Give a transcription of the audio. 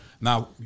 now